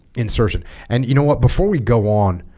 insertion and you know what before we go on